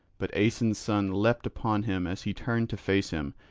but aeson's son leapt upon him as he turned to face him,